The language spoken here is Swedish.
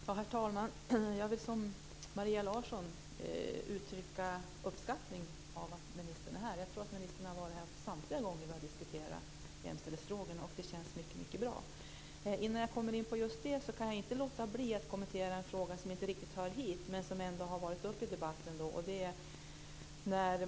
Herr talman! Jag vill precis som Maria Larsson uttrycka min uppskattning för att ministern är här. Jag tror att ministern har varit här samtliga gånger vi har diskuterat jämställdhetsfrågor, och det känns mycket bra. Jag kan inte låta bli att kommentera en fråga som inte hör hit men som har varit uppe i debatten.